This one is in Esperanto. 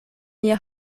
lia